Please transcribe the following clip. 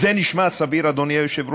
זה נשמע סביר, אדוני היושב-ראש?